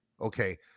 okay